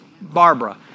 Barbara